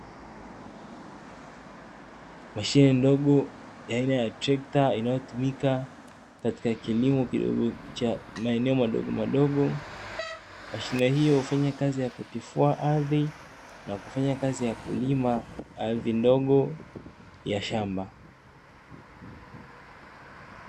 Mashine ndogo ya aina ya trekta inayotumika katika kilimo kidogo cha maeneo madogo madogo, mashine hiyo hufanya kazi ya kutifua ardhi na kufanya kazi ya kulima ardhi ndogo ya shamba.